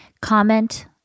comment